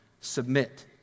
submit